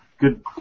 good